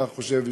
אתה חושב,